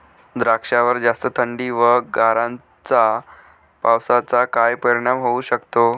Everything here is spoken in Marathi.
द्राक्षावर जास्त थंडी व गारांच्या पावसाचा काय परिणाम होऊ शकतो?